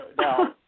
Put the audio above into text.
now